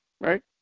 right